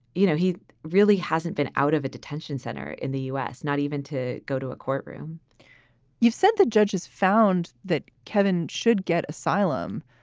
you know, he really hasn't been out of a detention center in the u s, not even to go to a courtroom you've said the judges found that kevin should get asylum.